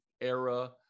era